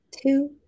two